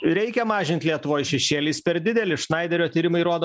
reikia mažint lietuvoj šešėlį jis per didelis šnaiderio tyrimai rodo man rodo